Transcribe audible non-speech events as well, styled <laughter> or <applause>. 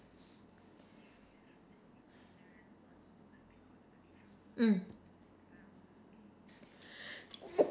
mm <noise>